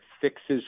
fixes